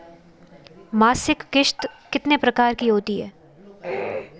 मासिक किश्त कितने प्रकार की होती है?